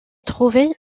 trouvait